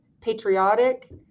patriotic